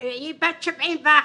71,